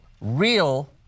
real